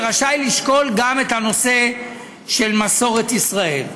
ורשאי לשקול גם את הנושא של מסורת ישראל.